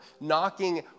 knocking